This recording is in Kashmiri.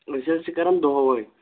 أسۍ حظ چھِ کَران دۄہٲے